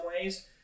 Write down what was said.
ways